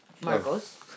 Marcos